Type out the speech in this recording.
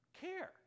care